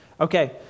Okay